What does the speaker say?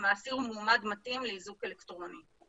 האסיר הוא מועמד מתאים לאיזוק אלקטרוני.